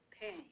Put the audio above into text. pain